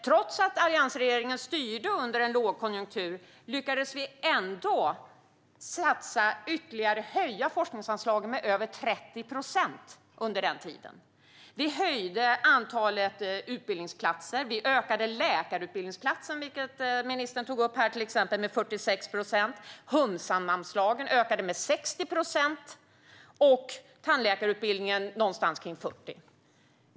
Trots att alliansregeringen styrde under en lågkonjunktur lyckades vi höja forskningsanslagen med ytterligare över 30 procent. Vi höjde antalet utbildningsplatser. Vi ökade antalet platser på läkarutbildningen, vilket ministern till exempel tog upp, med 46 procent. Humsamanslagen ökade med 60 procent, och anslagen till tandläkarutbildningen med omkring 40 procent.